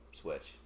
switch